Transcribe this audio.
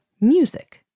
music